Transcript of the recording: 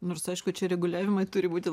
nors aišku čia reguliavimai turi būti